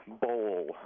bowl